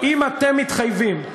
אם אתם מתחייבים,